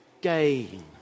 gain